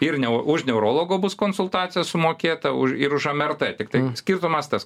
ir ne už neurologo bus konsultacijas sumokėta už ir už mrt tiktai skirtumas tas